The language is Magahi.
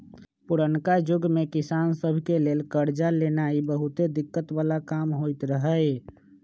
पुरनका जुग में किसान सभ के लेल करजा लेनाइ बहुते दिक्कत् बला काम होइत रहै